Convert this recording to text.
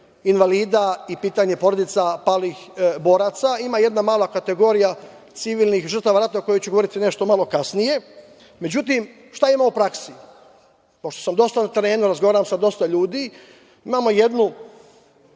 invalida i pitanje porodica palih boraca. Ima jedna mala kategorija civilnih žrtava rata o kojima ću govoriti nešto malo kasnije, međutim šta ima u praksi. Pošto sam dosta na terenu razgovaram sa dosta ljudi imao jednu